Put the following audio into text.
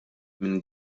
minn